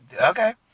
Okay